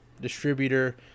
distributor